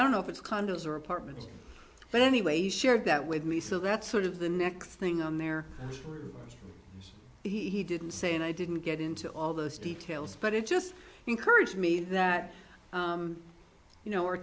i don't know if it's condos or apartments but anyway you shared that with me so that's sort of the next thing on their he didn't say and i didn't get into all those details but it just encouraged me that you know